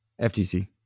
ftc